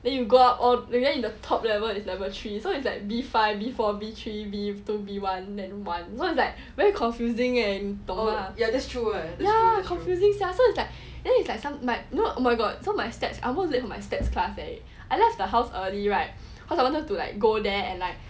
then you go out then the top level is level three so it's like B five B four B three B two B one then one so it's like very confusing eh 你懂 lah ya confusing sia so it's like it's like some like oh my god so like stats I almost late for my stats class leh I left the house early right cause I wanted to like go there and like